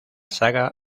saga